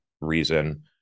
reason